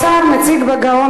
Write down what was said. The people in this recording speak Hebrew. האוצר מציג בגאון,